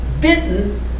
bitten